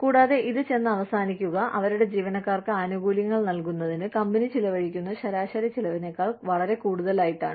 കൂടാതെ ഇത് ചെന്ന് അവസാനിക്കുക അവരുടെ ജീവനക്കാർക്ക് ആനുകൂല്യങ്ങൾ നൽകുന്നതിന് കമ്പനി ചിലവഴിക്കുന്ന ശരാശരി ചെലവിനേക്കാൾ വളരെ കൂടുതലായിട്ടാണ്